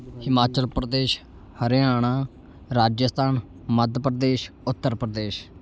Himachal Pradesh Haryana Rajasthan Madhya Pradesh Uttar Pradesh